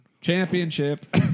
Championship